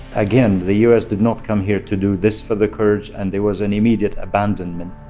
again, the u s. did not come here to do this for the kurds, and there was an immediate abandonment.